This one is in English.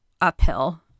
uphill